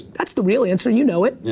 that's the real answer, you know it.